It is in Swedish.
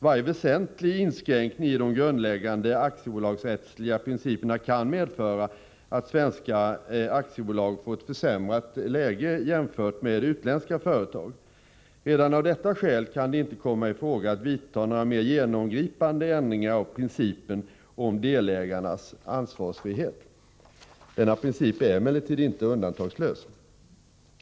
Varje väsentlig inskränkning i de grundläggande aktiebolagsrättsliga principerna kan medföra att svenska aktiebolag får ett försämrat läge jämfört med utländska företag. Redan av detta skäl kan det inte komma i fråga att vidta några mera genomgripande ändringar av principen om delägarnas ansvarsfrihet. Denna princip är emellertid inte undantagslös.